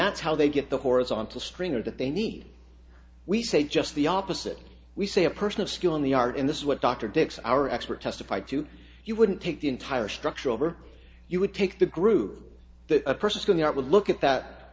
that's how they get the horizontal stringer that they need we say just the opposite we say a person of skill in the art in this is what dr dicks are expert testified to you wouldn't take the entire structure over you would take the group that a person that would look at that